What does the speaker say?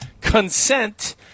consent